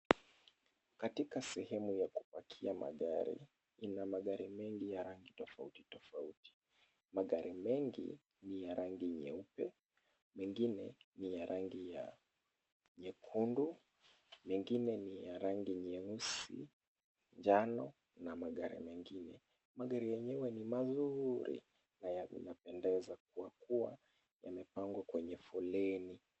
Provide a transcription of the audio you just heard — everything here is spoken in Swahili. Katika sehemu ya kupakia magari, ina magari mengi ya rangi tofauti tofauti. Magari mengi ni ya rangi nyeupe, mengine ni ya rangi ya nyekundu, mengine ni ya rangi nyeusi, njano na magari mengine. Magari yenyewe ni mazuri na yanapendeza kwa kuwa yamepangwa kwenye foleni.